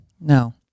No